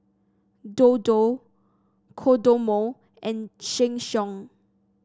Dodo Kodomo and Sheng Siong